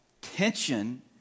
tension